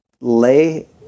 lay